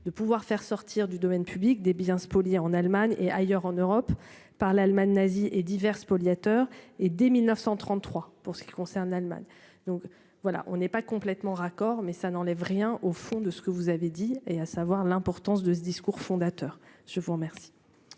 de pouvoir faire sortir du domaine public des biens spoliés en Allemagne et ailleurs en Europe par l'Allemagne nazie et divers spoliateur et dès 1933 pour ce qui concerne l'Allemagne. Donc voilà on n'est pas complètement raccord mais ça n'enlève rien au fond de ce que vous avez dit et, à savoir l'importance de ce discours fondateur. Je vous remercie.